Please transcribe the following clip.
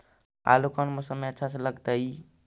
आलू कौन मौसम में अच्छा से लगतैई?